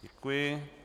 Děkuji.